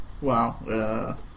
Wow